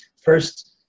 first